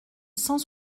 cent